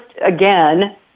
again